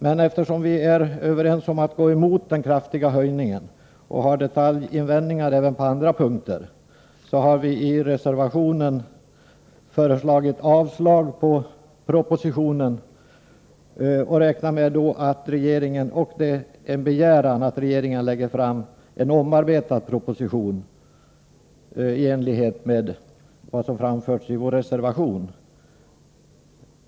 Men eftersom vi är överens om att gå emot förslaget om en kraftig höjning av fordonsskatten och eftersom vi har invändningar mot vissa detaljer även på andra punkter, har vii en reservation yrkat avslag på propositionen. Vi hemställer att regeringen lägger fram en omarbetad proposition i enlighet med vad som sägs i reservationen.